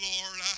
Lord